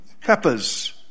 peppers